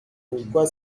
pourquoi